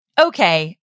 Okay